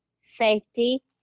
safety